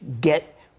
get